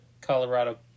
Colorado